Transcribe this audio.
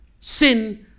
Sin